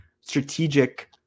strategic